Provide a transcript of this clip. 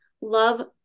love